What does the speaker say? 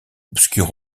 obscur